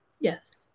Yes